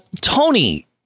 Tony